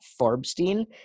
Farbstein